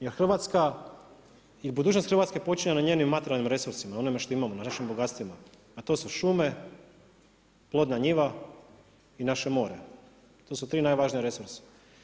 Jer Hrvatska i budućnost Hrvatske počinje na njenim materijalnim resursima, onime što imamo, našim bogatstvima, a to su šume, plodna njiva i naše more, to su tri najvažnija resursa.